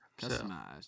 Customized